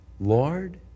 Lord